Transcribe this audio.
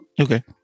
Okay